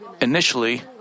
Initially